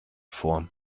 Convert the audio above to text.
vor